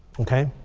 okay?